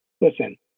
listen